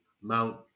Mount